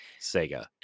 Sega